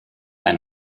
ein